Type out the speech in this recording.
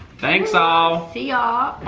thanks, all. see, ya'll.